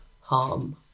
harm